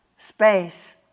Space